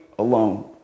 alone